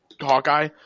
Hawkeye